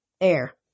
Air